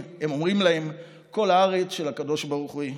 הם אומרים להם: כל הארץ של הקדוש ברוך הוא היא,